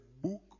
book